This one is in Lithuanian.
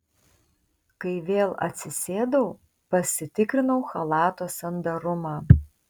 kai vėl atsisėdau pasitikrinau chalato sandarumą